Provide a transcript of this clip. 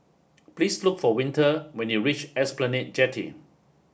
please look for Winter when you reach Esplanade Jetty